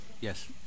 Yes